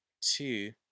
two